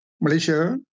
Malaysia